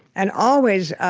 and always